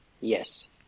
Yes